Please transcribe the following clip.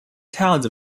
towns